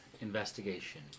investigation